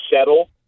settle